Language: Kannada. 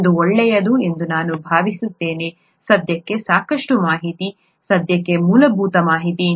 ಅದು ಒಳ್ಳೆಯದು ಎಂದು ನಾನು ಭಾವಿಸುತ್ತೇನೆ ಸದ್ಯಕ್ಕೆ ಸಾಕಷ್ಟು ಮಾಹಿತಿ ಸದ್ಯಕ್ಕೆ ಮೂಲಭೂತ ಮಾಹಿತಿ